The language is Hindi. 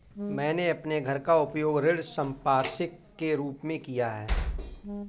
मैंने अपने घर का उपयोग ऋण संपार्श्विक के रूप में किया है